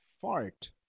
fart